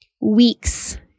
Weeks